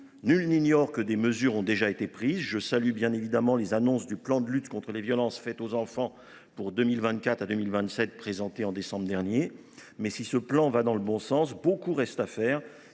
Nul n’ignore que des mesures ont déjà été prises. Je salue évidemment les annonces du plan de lutte contre les violences faites aux enfants pour les années 2024 à 2027, présenté en décembre dernier. Mais, si ce plan va dans le bon sens, beaucoup reste à faire,